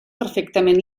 perfectament